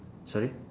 sorry